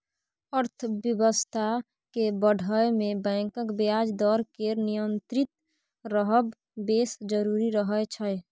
अर्थबेबस्था केँ बढ़य मे बैंकक ब्याज दर केर नियंत्रित रहब बेस जरुरी रहय छै